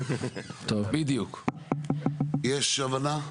יש הבנה?